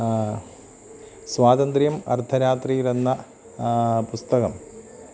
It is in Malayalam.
സ്വാതന്ത്ര്യം അർദ്ധരാത്രിയിൽ എന്ന പുസ്തകം